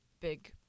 big